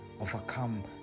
overcome